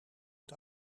het